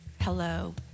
hello